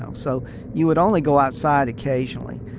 um so you would only go outside occasionally.